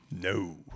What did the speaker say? No